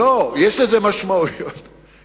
יש לזה משמעויות,